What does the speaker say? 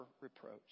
reproach